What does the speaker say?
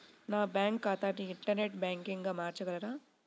నా బ్యాంక్ ఖాతాని ఇంటర్నెట్ బ్యాంకింగ్గా మార్చగలరా?